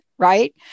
right